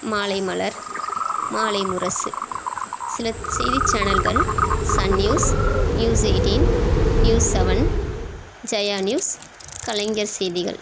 மாலைமலர் மாலைமுரசு சில செய்திசேனல்கள் Sun News News eighteen News seven Jaya News Kalaignar செய்திகள்